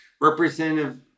representative